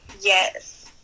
yes